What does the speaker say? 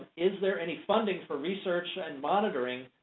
is there any funding for research and monitoring